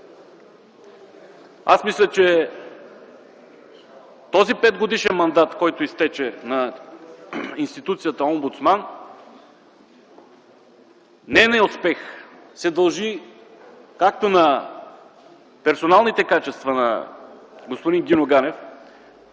Мисля, че в този петгодишен мандат, който изтече на институцията омбудсман, нейният успех се дължи както на персоналните качества на господин Гиньо Ганев,